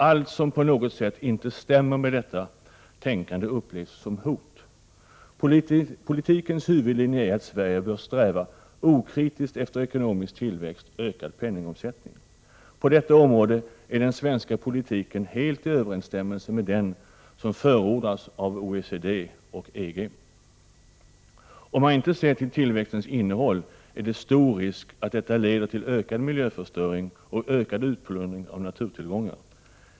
Allt som på något sätt inte stämmer med detta tänkande upplevs som hot. Politikens huvudlinje är att Sverige okritiskt bör sträva efter ekonomisk tillväxt — ökad penningomsättning. På detta område är den svenska politiken helt i överensstämmelse med den som förordas av OECD och EG. Om man inte ser till tillväxtens innehåll, är det stor risk att detta leder till ökad miljöförstöring och ökad utplundring av naturtillgångar.